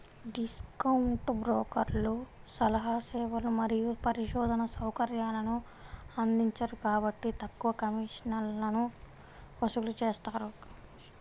discount బ్రోకర్లు సలహా సేవలు మరియు పరిశోధనా సౌకర్యాలను అందించరు కాబట్టి తక్కువ కమిషన్లను వసూలు చేస్తారు